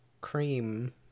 cream